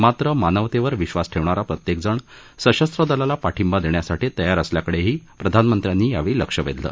मात्र मानवतेवर विश्वास ठेवणारा प्रत्येकजण सशस्त्र दलाला पाठिंबा देण्यासाठी तयार असल्याकडेही प्रधानमंत्र्यांनी यावेळी लक्ष वेधलं